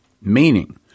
meaning